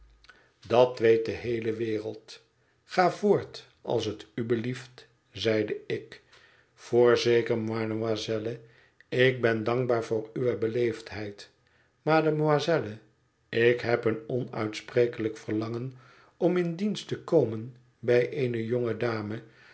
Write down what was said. dat weet de heele wereld ga voort als het u belieft zeide ik voorzeker mademoiselle ik ben dankbaar voor uwe beleefdheid mademoiselle ik heb een onuitsprekelijk verlangen om in dienst te komen bij eene